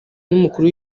n’umukuru